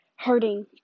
Hurting